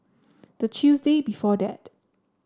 the Tuesday before that